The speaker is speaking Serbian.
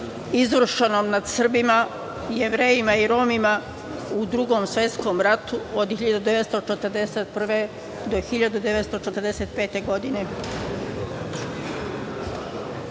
izvršenom nad Srbima, Jevrejima i Romima u Drugom svetskom ratu od 1941. do 1945. godine. Misija,